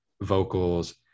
vocals